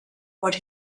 what